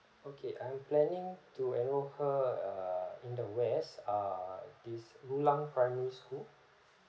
okay I'm planning to enroll her err in the west ah this rulang primary school